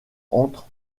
entre